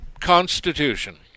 Constitution